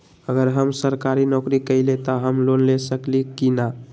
अगर हम सरकारी नौकरी करईले त हम लोन ले सकेली की न?